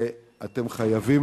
ואתם חייבים,